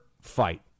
fight